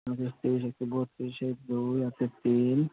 দুই দশ তেইশ হচ্ছে বত্তিরিশের দুই হাতে তিন